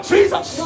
Jesus